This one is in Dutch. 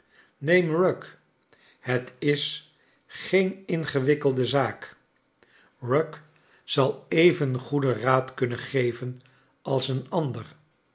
rugg het is geen ingewikkelde zaak charles dickens rugg zal even goedeu raad kunnen geven als een ander